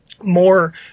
more